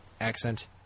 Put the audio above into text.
accent